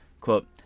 Quote